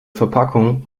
verpackung